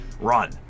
run